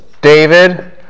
David